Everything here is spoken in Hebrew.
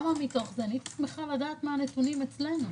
הייתי שמחה לדעת מה הנתונים אצלנו.